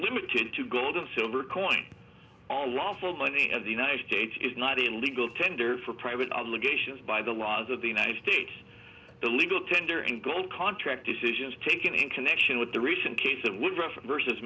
limited to gold and silver coins all lawful money and the united states is not a legal tender for private allegations by the laws of the united states the legal tender and gold contract decisions taken in connection with the recent case that would refer